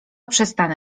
przestanę